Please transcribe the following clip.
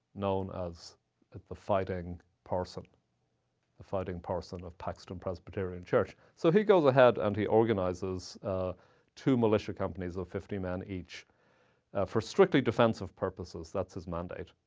known as the fighting parson the fighting parson of paxton presbyterian church. so he goes ahead and he organizes two militia companies of fifty men each for strictly defensive purposes. that's his mandate.